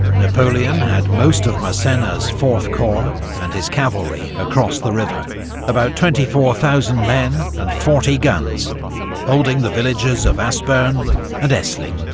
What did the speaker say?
napoleon had most of massena's fourth corps and his cavalry across the river about twenty four thousand men and forty guns holding the villages of aspern and essling.